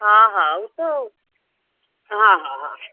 हा हा हूत हा हा हा